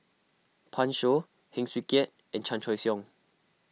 Pan Shou Heng Swee Keat and Chan Choy Siong